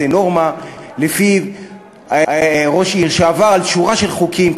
נורמה שלפיה ראש עיר שעבר על שורה של חוקים,